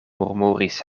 murmuris